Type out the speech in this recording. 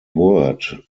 word